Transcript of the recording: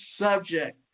subject